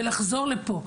ולחזור לפה.